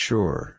Sure